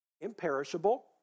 imperishable